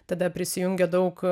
tada prisijungė daug